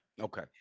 Okay